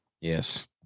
Yes